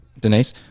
Denise